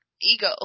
Ego